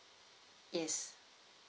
yes